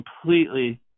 completely